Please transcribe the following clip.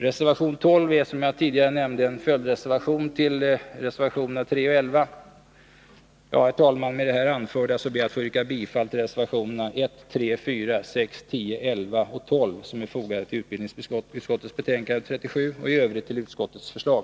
Reservation 12 är, som jag tidigare nämnde, en följdreservation till reservationerna 3 och 11. Herr talman! Med hänvisning till det anförda ber jag att få yrka bifall till reservationerna 1, 3, 4, 6, 10, 11 och 12, som är fogade till utbildningsutskottets betänkande 37, och i övrigt till utskottets förslag.